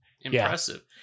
Impressive